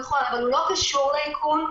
נכון, אבל הוא לא קשור לאיכון.